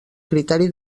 criteri